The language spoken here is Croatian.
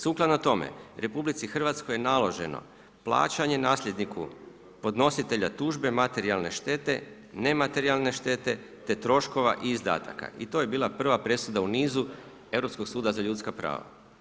Sukladno tome u RH je naloženo plaćanje nasljedniku podnositelja tužbe materijalne štete, ne materijalne štete te troškova izdataka i to je bila prva presuda u nisu Europskog suda za ljudska prava.